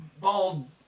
bald